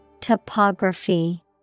Topography